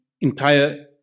entire